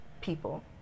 people